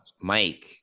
Mike